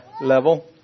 level